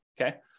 Okay